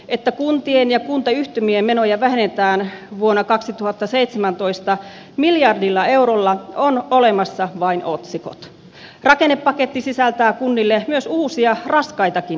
että kuntien ja kuntayhtymien menoja vähennetään vuonna kaksituhattaseitsemäntoista miljardilla eurolla on olemassa vain otsikot jäätelöpaketti sisältää kunnille myös uusia raskaitakin